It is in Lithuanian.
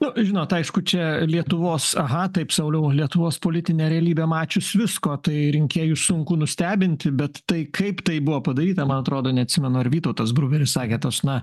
nu žinot aišku čia lietuvos aha taip sauliau lietuvos politinė realybė mačius visko tai rinkėjus sunku nustebinti bet tai kaip tai buvo padaryta man atrodo neatsimenu ar vytautas bruveris sakė tos na